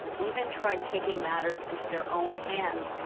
even tried taking matters into their own hands.